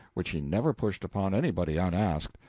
which he never pushed upon anybody unasked,